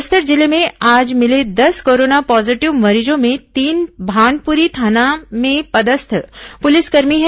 बस्तर जिले में आज मिले दस कोरोना पॉजीटिव मरीजों में तीन भानपुरी थाना में पदस्थ पुलिसकर्मी हैं